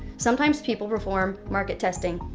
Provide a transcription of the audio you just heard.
sometimes people perform market testing,